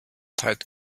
tight